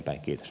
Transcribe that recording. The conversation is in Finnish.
kiitos